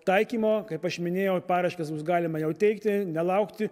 taikymo kaip aš minėjau paraiškas bus galima jau teikti nelaukti